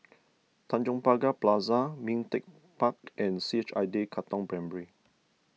Tanjong Pagar Plaza Ming Teck Park and C H I day Katong Primary